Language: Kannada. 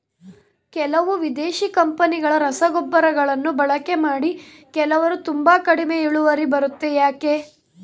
ಕೆಲವು ವಿದೇಶಿ ಕಂಪನಿಗಳ ರಸಗೊಬ್ಬರಗಳನ್ನು ಬಳಕೆ ಮಾಡಿ ಕೆಲವರು ತುಂಬಾ ಕಡಿಮೆ ಇಳುವರಿ ಬರುತ್ತೆ ಯಾಕೆ?